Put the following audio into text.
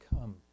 come